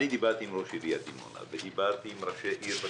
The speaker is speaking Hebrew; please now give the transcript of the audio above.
דיברתי עם ראש עיריית דימונה ודיברתי עם ראשי עיר בצפון,